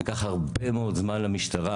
ייקח הרבה מאוד זמן למשטרה